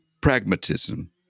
pragmatism